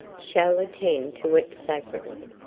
shall attend to it sacredly.